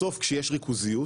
בסוף כשיש ריכוזיות,